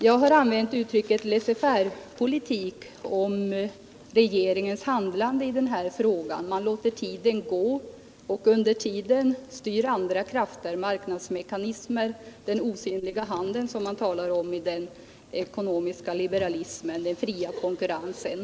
Jag har använt uttrycket laisser-faire-politik om regeringens handlande i denna fråga. Man låter tiden gå, och under tiden styr andra krafter och marknadsmekanismer — den osynliga handen, som man talar om inom den ekonomiska liberalismen — den fria konkurrensen.